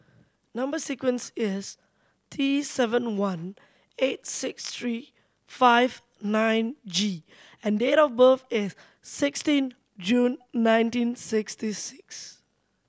number sequence is T seven one eight six three five nine G and date of birth is sixteen June nineteen sixty six